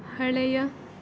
ಹಳೆಯ